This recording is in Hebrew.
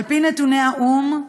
על פי נתוני האו"ם,